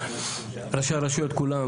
ראשי הרשויות כולם,